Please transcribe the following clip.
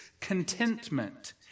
contentment